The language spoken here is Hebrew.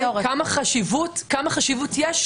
כמה חשיבות יש,